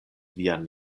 vian